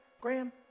Graham